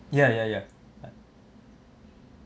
ya ya ya